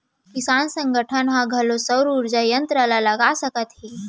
किसान संगठन ह घलोक सउर उरजा संयत्र ल लगवा सकत हे